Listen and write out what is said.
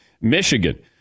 Michigan